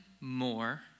more